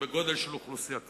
בגודל של אוכלוסייה כזאת.